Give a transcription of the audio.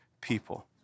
people